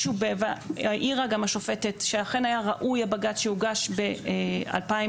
והעירה גם השופטת שאכן ראוי היה הבג"צ שהוגש ב-2018,